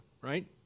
right